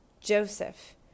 Joseph